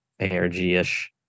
ARG-ish